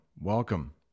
welcome